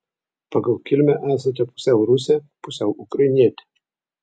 pagal kilmę esate pusiau rusė pusiau ukrainietė